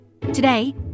Today